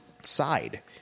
side